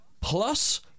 plus